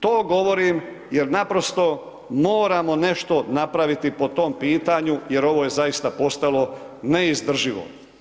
To govorim jer naprosto moramo nešto napraviti po tom pitanju jer ovo je zaista postalo neizdrživo.